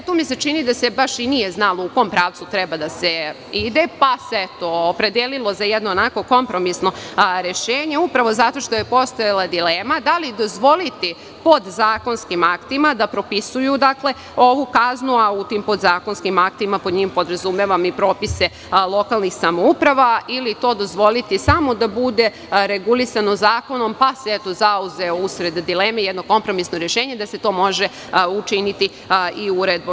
Čini mi se da se baš nije znalo u kom pravcu treba da se ide, pa se opredelilo za kompromisno rešenje, upravo zato što je postojala dilema da li dozvoliti podzakonskim aktima da propisuju ovu kaznu, a pod tim podzakonskim aktima podrazumevam i propise lokalnih samouprava, ili to dozvoliti samo da bude regulisano zakonom, pa se zauzelo, usled dileme, jedno kompromisno rešenje da se to može učini i uredbom.